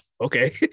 Okay